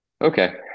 Okay